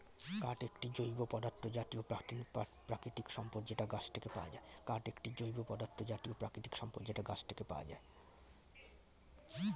কাঠ একটি জৈব পদার্থ জাতীয় প্রাকৃতিক সম্পদ যেটা গাছ থেকে পায়